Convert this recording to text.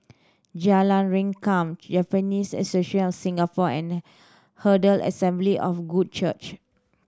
Jalan Rengkam Japanese Association of Singapore and Herald Assembly of Good Church